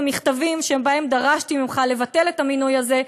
במכתבים שבהם דרשתי ממך לבטל את המינוי הזה,